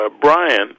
Brian